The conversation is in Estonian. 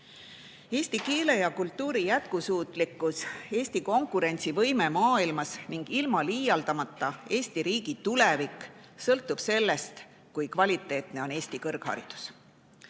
Eesti keele ja kultuuri jätkusuutlikkus, Eesti konkurentsivõime maailmas, ning ilma liialdamata, Eesti riigi tulevik sõltub sellest, kui kvaliteetne on Eesti kõrgharidus.